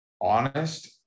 honest